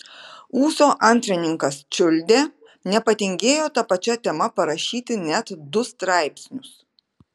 ūso antrininkas čiuldė nepatingėjo ta pačia tema parašyti net du straipsnius